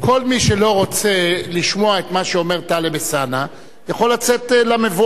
כל מי שלא רוצה לשמוע את מה שאומר טלב אלסאנע יכול לצאת למבואה,